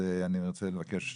אני רוצה להעביר את זכות הדיבור,